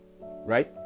right